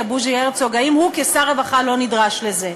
בוז'י הרצוג אם הוא כשר הרווחה לא נדרש לזה.